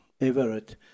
Everett